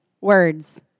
words